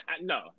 no